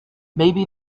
maybe